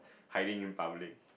hiring and powering